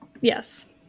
yes